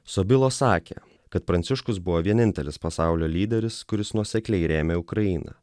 sobilo sakė kad pranciškus buvo vienintelis pasaulio lyderis kuris nuosekliai rėmė ukrainą